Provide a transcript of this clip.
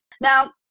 Now